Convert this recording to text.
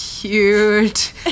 Cute